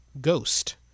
Ghost